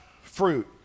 fruit